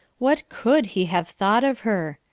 what could he have thought of her?